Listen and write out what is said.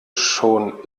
schon